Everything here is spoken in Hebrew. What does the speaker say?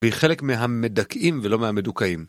בחלק מהמדכאים ולא מהמדוכאים.